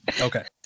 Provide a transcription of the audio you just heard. okay